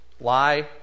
Lie